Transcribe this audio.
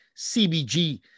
CBG